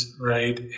right